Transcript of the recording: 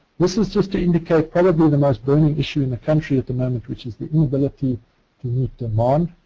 this is just to indicate probably the most burning issue in the country at the moment, which is the inability to meet demand.